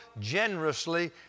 generously